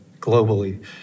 globally